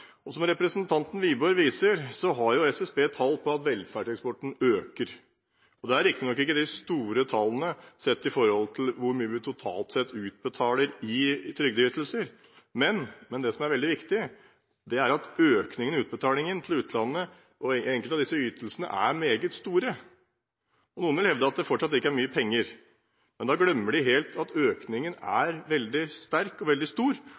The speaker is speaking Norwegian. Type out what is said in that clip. Som representanten Wiborg viser til, har SSB tall på at velferdseksporten øker. Det er riktig nok ikke de store tallene sett i forhold til hvor mye vi totalt sett utbetaler i trygdeytelser. Men det som er veldig viktig, er at økningen i utbetalingen til utlandet av enkelte av disse ytelsene er meget stor. Noen vil hevde at det fortsatt ikke er mye penger. Men da glemmer de helt at økningen er veldig sterk og veldig stor,